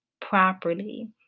properly